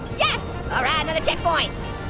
yes alright, another checkpoint.